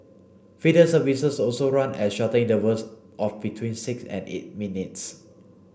feeder services also run at shorter intervals of between six and eight minutes